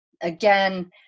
again